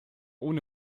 ohne